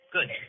Good